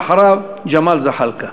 ואחריו, ג'מאל זחאלקה.